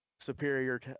Superior